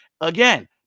Again